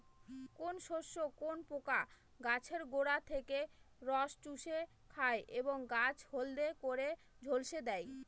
কোন শস্যে কোন পোকা গাছের গোড়া থেকে রস চুষে খায় এবং গাছ হলদে করে ঝলসে দেয়?